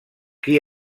qui